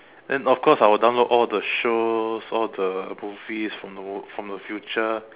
then of course I will download all the shows all the movies from the war from the future